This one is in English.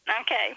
Okay